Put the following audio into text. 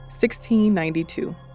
1692